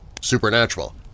supernatural